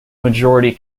majority